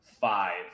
five